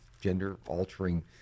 gender-altering